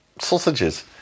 Sausages